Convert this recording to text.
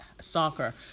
soccer